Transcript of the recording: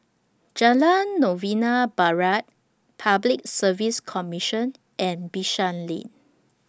Jalan Novena Barat Public Service Commission and Bishan Lane